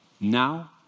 now